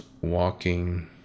walking